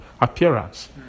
appearance